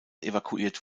evakuiert